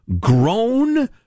grown